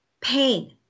pain